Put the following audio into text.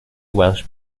welsh